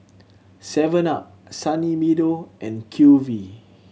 Seven Up Sunny Meadow and QV